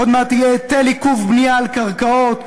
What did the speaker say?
עוד מעט יהיה היטל עיכוב בנייה על קרקעות,